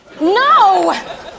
No